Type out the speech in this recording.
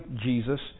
Jesus